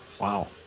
Wow